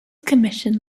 commission